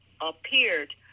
appeared